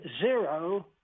zero